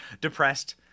depressed